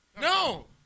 No